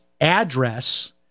address